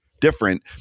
different